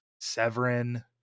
Severin